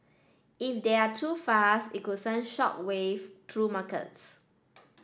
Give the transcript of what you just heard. if they're too fast it could send shock wave through markets